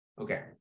Okay